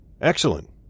Excellent